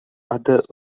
other